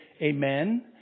amen